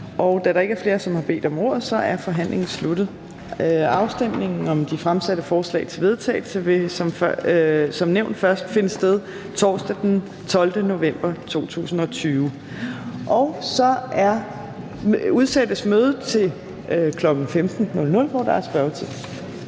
Da der ikke er flere, som har bedt om ordet, er forhandlingen sluttet. Afstemningen om de fremsatte forslag til vedtagelse vil som nævnt først finde sted torsdag den 12. november 2020. Så udsættes mødet til kl. 15.00, hvor der er spørgetid.